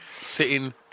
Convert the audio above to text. sitting